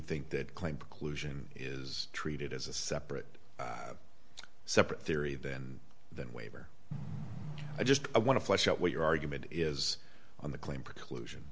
think that claim preclusion is treated as a separate separate theory then that waiver i just want to flesh out what your argument is on the claim preclusion